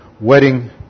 wedding